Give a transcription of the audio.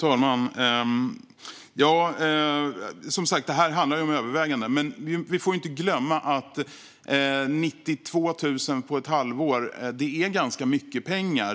Fru talman! Det här handlar som sagt om överväganden, men vi får inte glömma att 92 000 kronor på ett halvår är ganska mycket pengar.